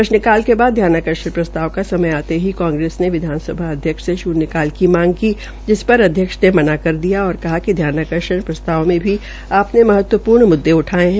प्रश्नकाल के बाद ध्यानाकर्षण प्रस्ताव का समय आते ही कांग्रेस ने विधानसभा अध्यक्ष से शन्यकाल की मांग की जिस पर अध्यक्ष ने मना कर दिया और कहा कि ध्यानाकर्षण प्रस्ताव में भी अपने महत्वपूर्ण मुददे उठाये है